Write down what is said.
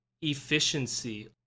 efficiency